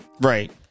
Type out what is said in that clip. Right